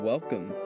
Welcome